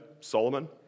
Solomon